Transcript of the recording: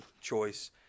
choice